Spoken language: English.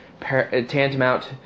tantamount